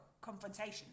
confrontation